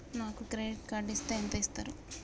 నాకు credit card ఇస్తే ఎంత ఇస్తరు?